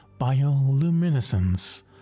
Bioluminescence